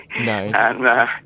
Nice